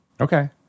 Okay